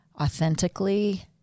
authentically